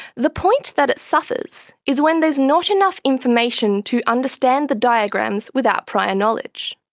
the point that it suffers is when there is not enough information to understand the diagrams without prior knowledge.